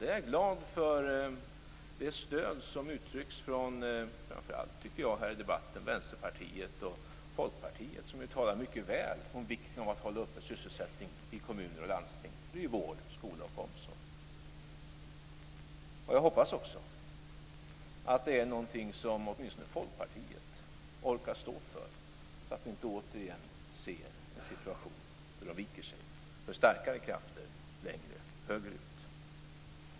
Då är jag glad för det stöd som uttrycks här i debatten från, framför allt tycker jag, Vänsterpartiet och Folkpartiet, som talar mycket väl om vikten av att hålla uppe sysselsättning i kommuner och landsting. Det gäller ju vård, skola och omsorg. Jag hoppas också att det är något som åtminstone Folkpartiet orkar stå för, så att vi inte återigen ser en situation där det viker sig för starkare krafter längre högerut.